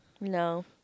No